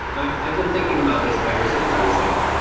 i've i've been thinking about this ever since i was there.